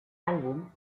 álbum